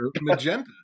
magenta